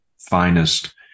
finest